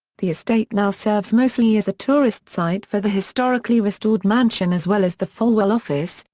the estate now serves mostly as a tourist site for the historically restored mansion as well as the falwell office,